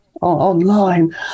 online